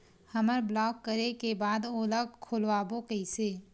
हमर ब्लॉक करे के बाद ओला खोलवाबो कइसे?